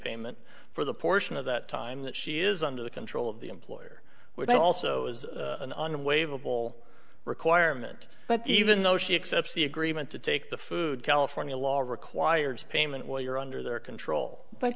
payment for the portion of that time that she is under the control of the employer would also as an unwavering bowl requirement but even though she accepts the agreement to take the food california law requires payment while you're under their control b